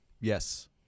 Yes